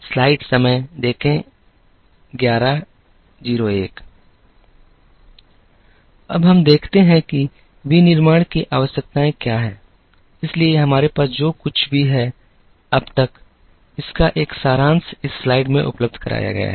अब हम देखते हैं कि विनिर्माण की आवश्यकताएं क्या हैं इसलिए हमारे पास जो कुछ भी है अब तक इसका एक सारांश इस स्लाइड में उपलब्ध कराया गया है